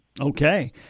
Okay